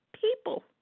people